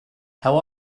how